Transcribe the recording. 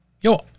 Yo